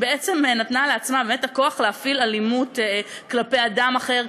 נתנה לעצמה: הכוח להפעיל אלימות כלפי אדם אחר,